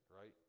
right